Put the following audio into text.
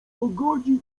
pogodzić